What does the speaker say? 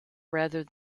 rather